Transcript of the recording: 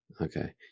Okay